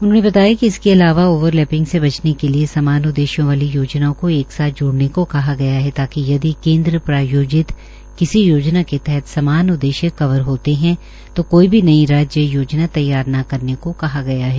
उन्होंने बताया कि इसके अलावा ओवरलेंपिग से बचने के लिए समान उद्देश्यो वाली योजनाओं को एक साथ जोड़ने का कहा गया है ताकि यदि केन्द्र प्रायोजित किसी योजना के तहत समान उद्देश्य कवर होते है तो कोई भी नई राज्य योजना तैयार न करने को कहा गया है